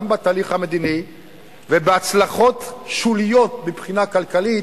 גם בתהליך המדיני ובהצלחות שוליות מבחינה כלכלית,